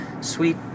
sweet